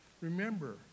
Remember